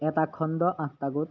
এটা খণ্ড আঠটা গোট